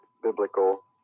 biblical